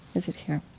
is it here?